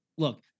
Look